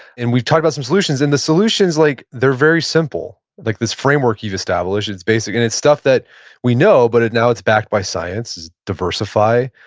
and we talked about some solutions, and the solutions, like they're very simple. like this framework you established, it's basic and it's stuff that we know, but now it's backed by science. diversify,